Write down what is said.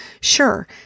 Sure